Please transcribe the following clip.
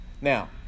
Now